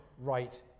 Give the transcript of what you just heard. right